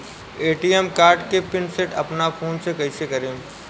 ATM card के PIN set अपना phone से कइसे करेम?